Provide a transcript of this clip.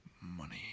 Money